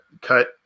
cut